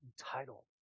Entitled